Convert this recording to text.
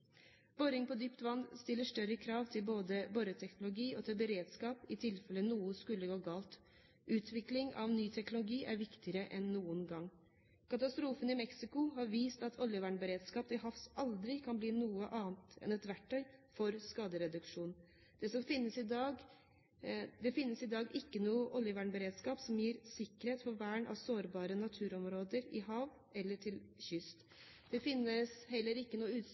Boring på dypt vann stiller større krav til både boreteknologi og til beredskap i tilfelle noe skulle gå galt. Utvikling av ny teknologi er viktigere enn noen gang. Katastrofen i Mexico har vist at oljevernberedskap til havs aldri kan bli noe annet enn et verktøy for skadereduksjon. Det finnes i dag ikke noe oljevernberedskap som gir sikkerhet for vern av sårbare naturområder i havet eller langs kysten. Det finnes heller ikke noe